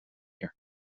year